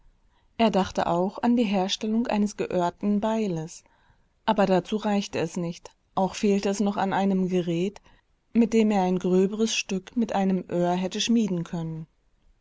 er dachte auch an die herstellung eines geöhrten beiles aber dazu reichte es nicht auch fehlte es noch an einem gerät mit dem er ein gröberes stück mit einem öhr hätte schmieden können